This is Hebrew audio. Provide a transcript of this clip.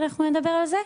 אנחנו נדבר על זה.